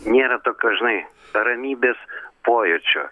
nėra tokios žinai ramybės pojūčio